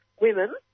women